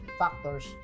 factors